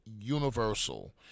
universal